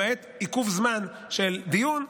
למעט עיכוב זמן של דיון.